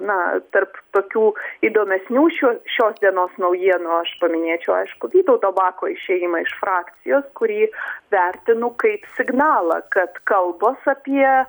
na tarp tokių įdomesnių šio šios dienos naujienų aš paminėčiau aišku vytauto bako išėjimą iš frakcijos kurį vertinu kaip signalą kad kalbos apie